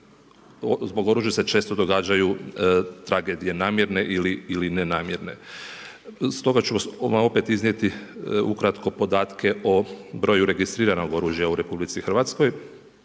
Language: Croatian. zbog oružja se često događaju tragedije namjerne ili nenamjerne. Stoga ću vam opet iznijeti ukratko podatke o broju registriranog oružja u Republici Hrvatskoj.